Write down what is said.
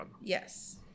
yes